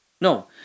No